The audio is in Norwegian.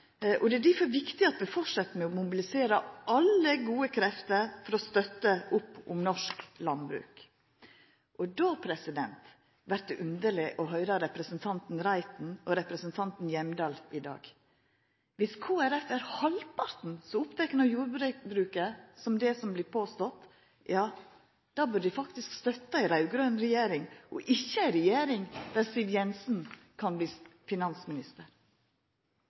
lønnsemda. Det er difor viktig at vi fortset med å mobilisera alle gode krefter for å støtta opp om norsk landbruk. Då vert det underleg å høyra representanten Reiten og representanten Hjemdal i dag. Dersom Kristeleg Folkeparti er halvparten så oppteke av jordbruket som det som vert påstått, burde dei faktisk støtta ei raud-grøn regjering, og ikkje ei regjering der Siv Jensen kan verta finansminister.